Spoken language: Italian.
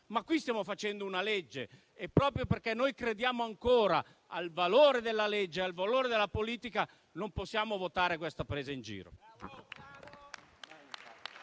però, stiamo approvando una legge e, proprio perché crediamo ancora nel valore della legge e nel valore della politica, non possiamo votare questa presa in giro.